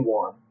one